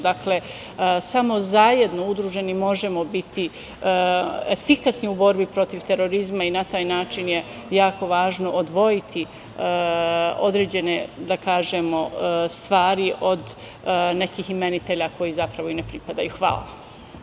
Dakle, samo zajedno udruženi možemo biti efikasni u borbi protiv terorizma i na taj način je jako važno odvojiti određene stvari od nekih imenitelja koji ne pripadaju.